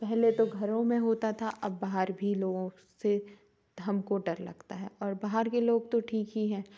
पहले तो घरों में होता था अब बाहर भी लोगों से हमको डर लगता है और बाहर के लोग तो ठीक ही हैं